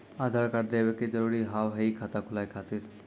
आधार कार्ड देवे के जरूरी हाव हई खाता खुलाए खातिर?